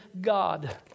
God